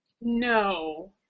No